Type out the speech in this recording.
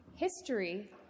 History